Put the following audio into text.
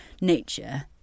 nature